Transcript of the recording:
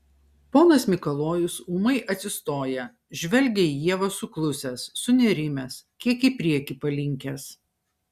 ponas mikalojus ūmai atsistoja žvelgia į ievą suklusęs sunerimęs kiek į priekį palinkęs